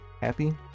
happy